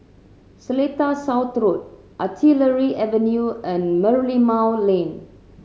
Seletar South Road Artillery Avenue and Merlimau Lane